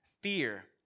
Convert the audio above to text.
fear